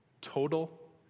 total